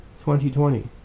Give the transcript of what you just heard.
2020